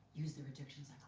use your addictions